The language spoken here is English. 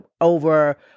over